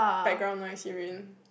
background noise you mean